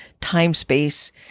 time-space